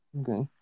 Okay